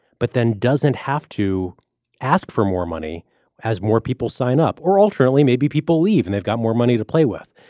but then doesn't have to ask for more money as more people sign up. or alternately, maybe people leave and they've got more money to play with.